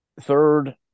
third